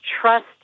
trust